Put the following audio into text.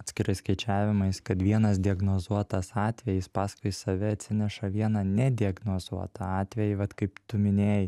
atskirais skaičiavimais kad vienas diagnozuotas atvejis paskui save atsineša vieną nediagnozuotą atvejį vat kaip tu minėjai